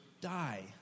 die